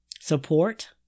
support